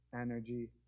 energy